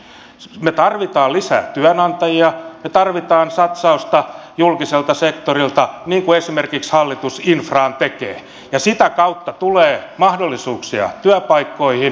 me tarvitsemme lisää työnantajia me tarvitsemme satsausta julkiselta sektorilta niin kuin esimerkiksi hallitus infraan tekee ja sitä kautta tulee mahdollisuuksia työpaikkoihin